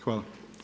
Hvala.